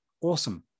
awesome